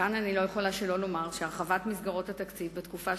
כאן אני לא יכולה שלא לומר שהרחבת מסגרות התקציב בתקופה